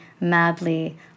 madly